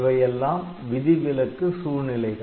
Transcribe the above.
இவையெல்லாம் விதிவிலக்கு சூழ்நிலைகள்